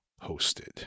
hosted